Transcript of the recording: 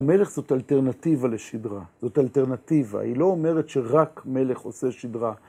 מלך זאת אלטרנטיבה לשדרה, זאת אלטרנטיבה, היא לא אומרת שרק מלך עושה שדרה.